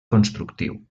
constructiu